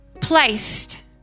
placed